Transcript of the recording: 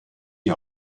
die